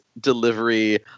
Delivery